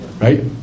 right